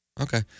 Okay